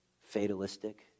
fatalistic